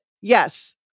yes